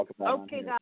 Okay